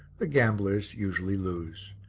the gamblers usually lose.